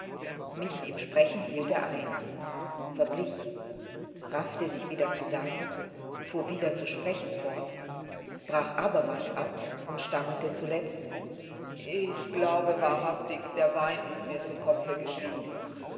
mitten im sprechen hielt er ein verblich raffte sich wieder zusammen fuhr wieder zu sprechen fort brach abermals ab und stammelte zuletzt ich glaube wahrhaftig der wein ist mir zu kopfe gestiegen